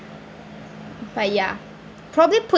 but ya probably put